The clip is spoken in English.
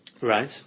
Right